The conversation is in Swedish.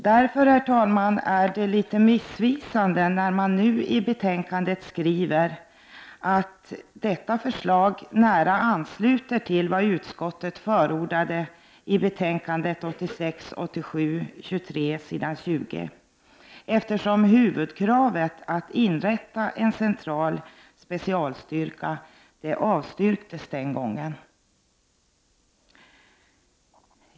Det är därför något missvisande när man nu i detta betänkande skriver att detta förslag nära ansluter till vad utskottet förordade i betänkande 1986/87:23 s. 20, eftersom huvudkravet att inrätta en central specialstyrka avstyrktes den gången.